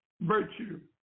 virtue